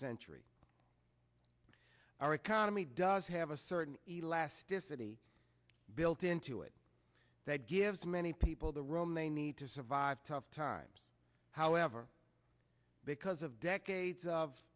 century our economy does have a certain elasticity built into it that gives many people the room they need to survive tough times however because of decades of